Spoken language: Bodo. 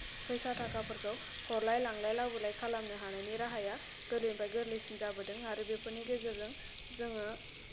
फैसा थाखाफोरखौ हरलाय लांलाय लाबोलाय खालामनो हानायनि राहाया गोरलैनिफ्राय गोरलैसिन जाबोदों आरो बेफोरनि गेजेरजों जोङो